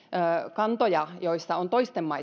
kantoja joissa on myöskin toisten